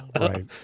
Right